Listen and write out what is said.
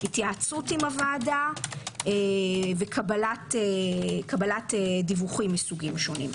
התייעצות עם הוועדה וקבלת דיווחים מסוגים שונים.